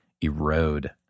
erode